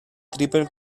triple